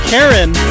Karen